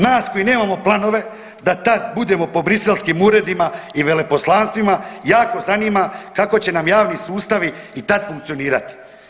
Nas koji nemamo planove da tada budemo po bruxelskim uredima i veleposlanstvima jako zanima kako će nam javni sustavi i tada funkcionirati.